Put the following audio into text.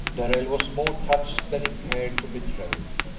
darrell was more touched than he cared to betray.